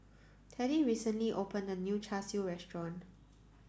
Teddie recently opened a new Char Siu restaurant